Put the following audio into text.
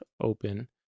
open